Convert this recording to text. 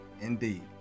indeed